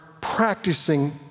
practicing